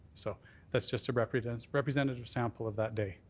so that's just a representative representative sample of that day.